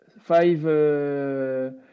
Five